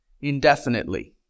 indefinitely